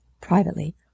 privately